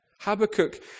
Habakkuk